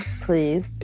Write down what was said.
Please